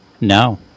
no